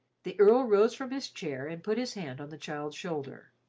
the earl rose from his chair and put his hand on the child's shoulder.